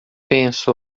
penso